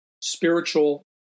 spiritual